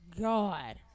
God